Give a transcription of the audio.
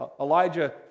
Elijah